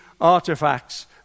artifacts